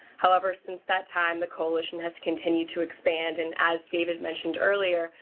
however, since that time the coalition has continued to expand. and as david mentioned earlier,